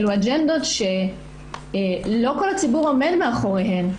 אלה אג'נדות שלא כל הציבור עומד מאחוריהן.